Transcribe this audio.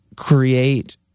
create